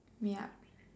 yup